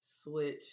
Switch